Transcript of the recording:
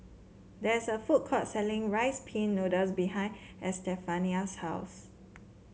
there is a food court selling Rice Pin Noodles behind Estefania's house